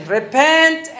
Repent